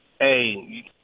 hey